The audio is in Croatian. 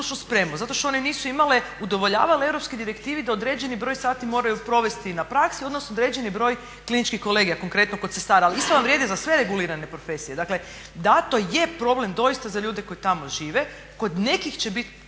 zato što one nisu imale, udovoljavale europskoj direktivi da određeni broj sati moraju provesti na praksi odnosno određeni broj kliničkih kolegija, konkretno kod sestara ali isto vam vrijedi za sve regulirane profesije. Dakle da to je problem doista za ljude koji tamo žive, kod nekih će biti,